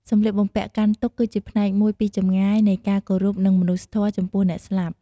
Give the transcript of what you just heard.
សម្លៀកបំពាក់កាន់ទុក្ខ គឺជាផ្នែកមួយពីចម្ងាយនៃការគោរពនិងមនុស្សធម៌ ចំពោះអ្នកស្លាប់។